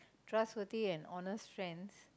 trustworthy and honest friend